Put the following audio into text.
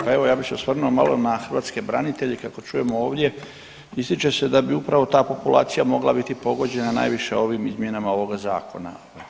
Pa evo, ja bih se osvrnuo malo na hrvatske branitelje, kako čujemo ovdje, ističe se da bi upravo ta populacija mogla biti pogođena najviše ovim izmjenama ovim izmjenama ovoga Zakona.